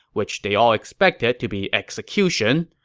which they all expected to be execution,